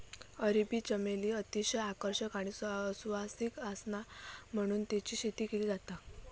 अरबी चमेली अतिशय आकर्षक आणि सुवासिक आसता म्हणून तेची शेती केली जाता